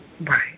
Right